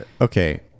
Okay